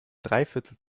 dreiviertel